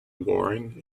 warren